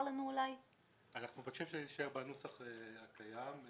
אנחנו מבקשים שזה יישאר בנוסח הקיים.